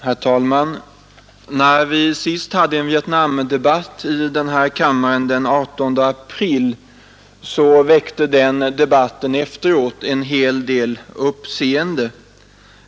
Herr talman! När vi senast hade en Vietnamdebatt här i kammaren, den 18 april, väckte den debatten en del uppseende.